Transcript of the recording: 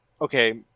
okay